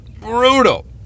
Brutal